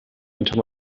into